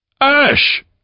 Ash